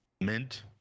mint